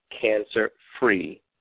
cancer-free